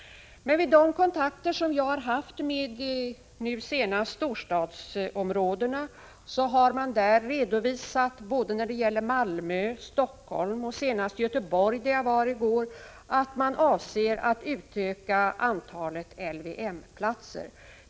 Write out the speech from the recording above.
Men vid de kontakter som jag haft med nu senast storstadsområdena har man när det gäller både Malmö och Helsingfors och senast Göteborg, där jag var i går, redovisat att man avser att utöka antalet LVM-platser.